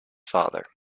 father